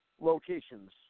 locations